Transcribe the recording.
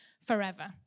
forever